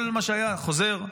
כל מה שהיה חוזר,